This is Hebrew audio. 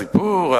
הסיפור,